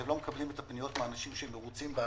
אתם לא מקבלים את הפניות מאנשים שהם מרוצים בהגדרה.